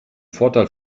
vorteil